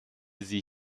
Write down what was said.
sie